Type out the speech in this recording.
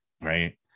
right